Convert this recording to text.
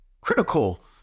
critical